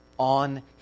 On